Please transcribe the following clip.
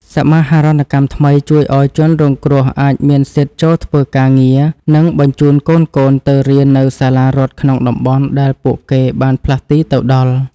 សមាហរណកម្មថ្មីជួយឱ្យជនរងគ្រោះអាចមានសិទ្ធិចូលធ្វើការងារ និងបញ្ជូនកូនៗទៅរៀននៅសាលារដ្ឋក្នុងតំបន់ដែលពួកគេបានផ្លាស់ទីទៅដល់។